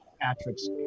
Patrick's